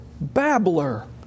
babbler